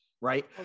right